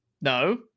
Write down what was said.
no